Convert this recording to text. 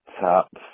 top